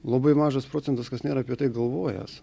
labai mažas procentas kas nėr apie tai galvojęs